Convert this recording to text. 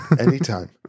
Anytime